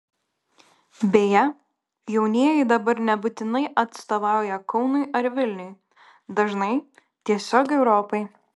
beje jaunieji dabar nebūtinai atstovauja kaunui ar vilniui dažnai tiesiog europai